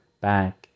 back